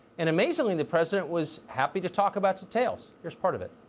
and amazingly the president was happy to talk about details. use part of it.